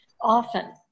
Often